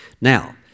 Now